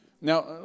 Now